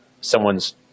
someone's